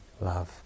love